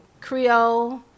Creole